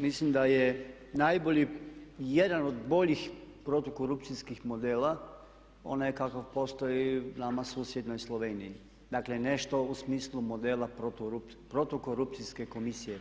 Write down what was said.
Mislim da je najbolji, jedan od boljih protukorupcijskih modela onaj kakav postoji u nama susjednoj Sloveniji, dakle nešto u smislu modela protu korupcijske komisije,